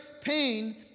pain